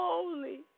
Holy